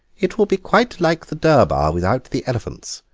it will be quite like the durbar without the elephants,